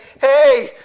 hey